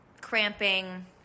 cramping